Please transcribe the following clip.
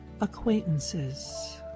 acquaintances